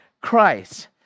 Christ